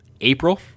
April